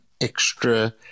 extra